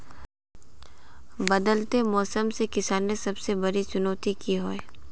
बदलते मौसम से किसानेर सबसे बड़ी चुनौती की होय?